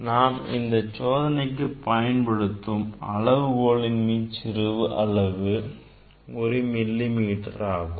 நாம் இந்த சோதனைக்கு பயன்படுத்தும் அளவு கோலின் மீச்சிறு அளவு ஒரு மில்லி மீட்டராகும்